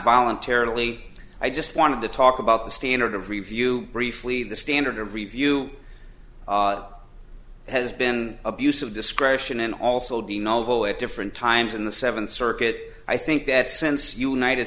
voluntarily i just wanted to talk about the standard of review briefly the standard of review has been abuse of discretion and also de novo at different times in the seventh circuit i think that since united